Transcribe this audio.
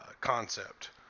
concept